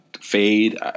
fade